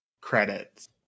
credits